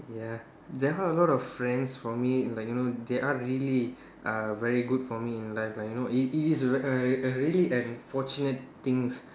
ya there are a lot of friends for me like you know they are really uh very good for me in life lah you know if if it's a it's a a really an fortunate things